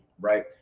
right